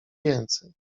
więcej